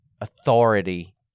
authority